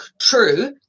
true